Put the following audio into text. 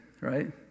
right